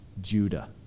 Judah